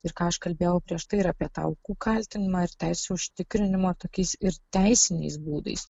ir ką aš kalbėjau prieš tai ir apie tą aukų kaltinimą ir teisių užtikrinimo tokiais ir teisiniais būdais